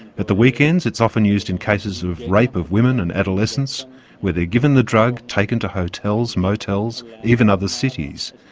at the weekends, it's often used in cases of rape of women and adolescents where they are given the drug, taken to hotels, motels, even other cities.